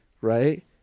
right